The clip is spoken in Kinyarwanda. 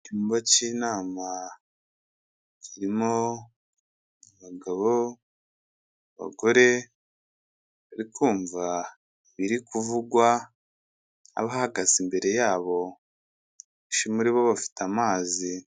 Icyumba cy'inama kirimo abagabo, abagore, bari kumva ibiri kuvugwa, abahagaze imbere yabo abenshi muri bo bafite amazi.